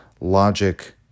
Logic